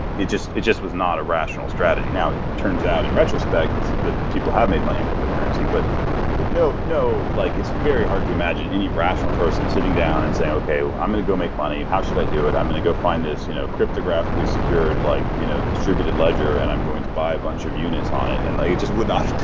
it just it just was not a rational strategy. now, it turns out in retrospect, that people have made money in cryptocurrency. but but no, like it's very hard to imagine any rational person sitting down and saying, okay, i'm going to go make money. how should i do it? i'm going to go find this you know cryptographically secured like you know distributed ledger and i'm going to buy a bunch of units on it. and like it just would not